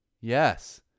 Yes